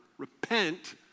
Repent